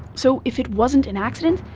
so if it wasn't an accident,